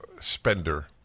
spender